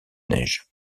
neige